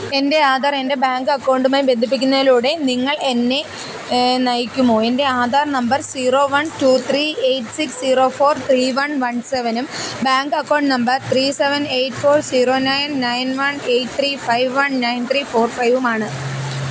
എൻ്റെ ആധാർ എൻ്റെ ബാങ്ക് അക്കൗണ്ടുമായി ബന്ധിപ്പിക്കുന്നതിലൂടെ നിങ്ങൾ എന്നെ നയിക്കുമോ എൻ്റെ Aadhaar number zero one two three eight six zero four three one one സെവനും bank account number three seven eight four zero nine nine one eight three five one nine three four ഫൈവും ആണ്